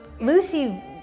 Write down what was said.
Lucy